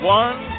one